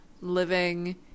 living